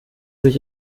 sich